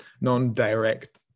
non-direct